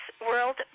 World